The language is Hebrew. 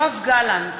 יואב גלנט,